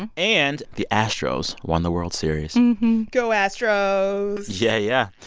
and and the astros won the world series go astros yeah, yeah.